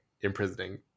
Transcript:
imprisoning